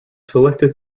selected